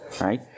right